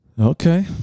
okay